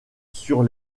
sur